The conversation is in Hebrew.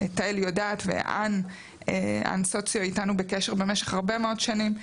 תהל יודעת ואן סיוצ'יו איתנו בקשר במשך הרבה מאוד שנים.